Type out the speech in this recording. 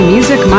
Music